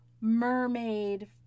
mermaid